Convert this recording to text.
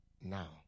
Now